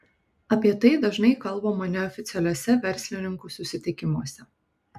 apie tai dažnai kalbama neoficialiuose verslininkų susitikimuose